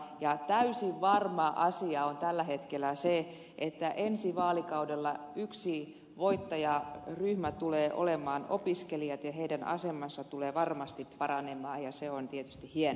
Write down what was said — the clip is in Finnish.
ja täysin varma asia on tällä hetkellä se että ensi vaalikaudella yksi voittajaryhmä tulee olemaan opiskelijat ja heidän asemansa tulee varmasti paranemaan ja se on tietysti hienoa